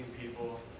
people